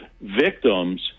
victims